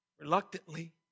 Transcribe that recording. reluctantly